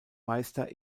meister